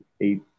eight